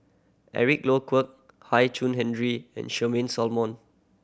Eric Low Kwek Hian Chuan Henry and Charmaine Solomon